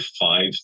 five